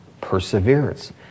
perseverance